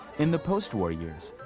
in the post war years,